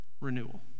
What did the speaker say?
renewal